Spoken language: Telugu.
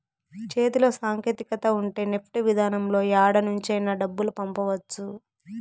చేతిలో సాంకేతికత ఉంటే నెఫ్ట్ విధానంలో యాడ నుంచైనా డబ్బులు పంపవచ్చు